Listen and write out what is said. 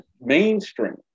mainstream